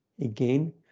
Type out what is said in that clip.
again